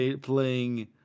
playing